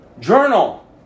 Journal